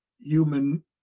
Human